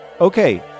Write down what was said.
Okay